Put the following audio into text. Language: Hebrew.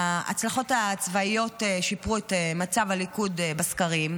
ההצלחות הצבאיות שיפרו את מצב הליכוד בסקרים,